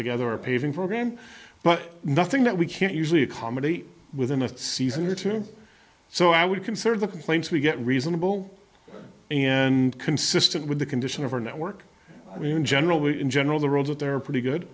together a paving program but nothing that we can't usually accommodate within a season or two so i would consider the complaints we get reasonable and consistent with the condition of our network in general we in general the roads out there are pretty good